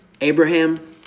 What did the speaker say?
Abraham